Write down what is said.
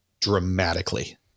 dramatically